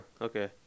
okay